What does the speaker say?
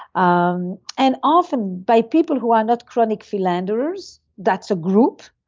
um and often, by people who are not chronic philanderers, that's a group.